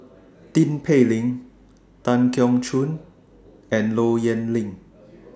Tin Pei Ling Tan Keong Choon and Low Yen Ling